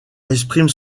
exprime